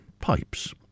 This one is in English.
Pipes